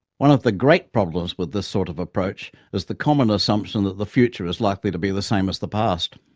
one of the great problems with this sort of approach is the common assumption that the future is likely to be the same as the past.